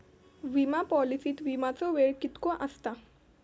विमा पॉलिसीत विमाचो वेळ कीतको आसता?